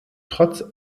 trotz